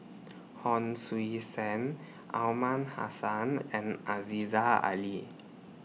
Hon Sui Sen Aliman Hassan and Aziza Ali